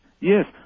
Yes